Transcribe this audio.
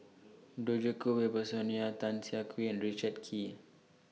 Djoko Wibisono Tan Siah Kwee and Richard Kee